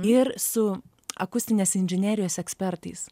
ir su akustinės inžinerijos ekspertais